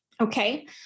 Okay